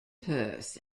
perth